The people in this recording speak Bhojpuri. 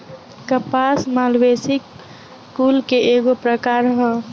कपास मालवेसी कुल के एगो प्रकार ह